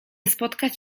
spotkać